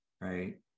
Right